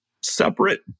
separate